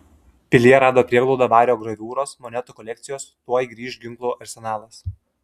pilyje rado prieglaudą vario graviūros monetų kolekcijos tuoj grįš ginklų arsenalas